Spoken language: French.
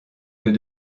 que